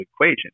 equation